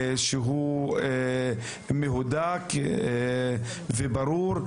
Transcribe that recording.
שהוא מהודק וברור,